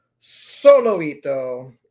soloito